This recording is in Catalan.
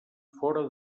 fora